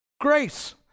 grace